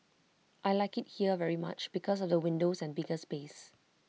I Like IT here very much because of the windows and bigger space